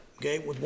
Okay